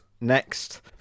next